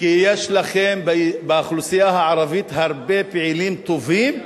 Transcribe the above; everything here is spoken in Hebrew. כי יש לכם באוכלוסייה הערבית הרבה פעילים טובים וראויים,